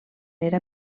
era